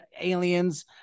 aliens